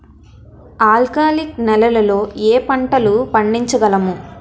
ఆల్కాలిక్ నెలలో ఏ పంటలు పండించగలము?